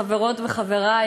חברות וחברי,